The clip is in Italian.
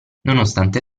nonostante